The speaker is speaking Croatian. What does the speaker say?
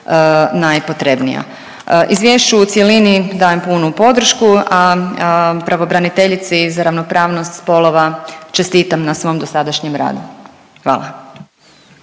najpotrebnija. Izvješću u cjelini dajem punu podršku, a pravobraniteljici za ravnopravnost spolova čestitam na svom dosadašnjem radu. Hvala.